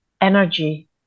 energy